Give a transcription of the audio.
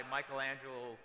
Michelangelo